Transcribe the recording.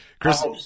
Chris